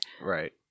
Right